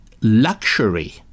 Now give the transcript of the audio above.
luxury